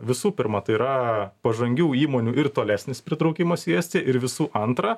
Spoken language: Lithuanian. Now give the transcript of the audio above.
visų pirma tai yra pažangių įmonių ir tolesnis pritraukimas į estiją ir visų antra